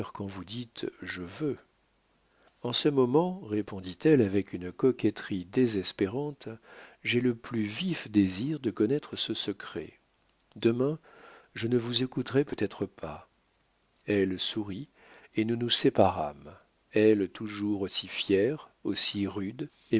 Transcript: quand vous dites je veux en ce moment répondit-elle avec une coquetterie désespérante j'ai le plus vif désir de connaître ce secret demain je ne vous écouterai peut-être pas elle sourit et nous nous séparâmes elle toujours aussi fière aussi rude